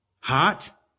Hot